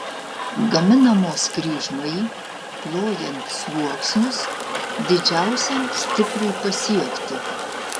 gaminamos kryžmai klojant sluoksnius didžiausiam stipriui pasiekti